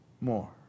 more